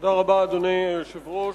תודה רבה, אדוני היושב-ראש.